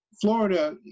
Florida